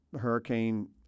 hurricane